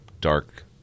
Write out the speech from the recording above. dark